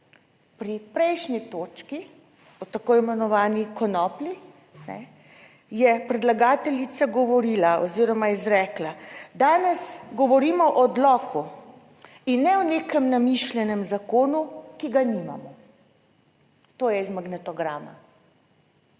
Pri prejšnji točki o tako imenovani konoplji je predlagateljica govorila oziroma izrekla: "Danes govorimo o odloku in ne o nekem namišljenem zakonu, ki ga nimamo." - to je iz magnetograma.